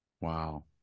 Wow